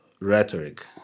rhetoric